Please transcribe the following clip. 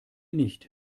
nicht